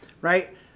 right